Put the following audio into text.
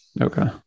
Okay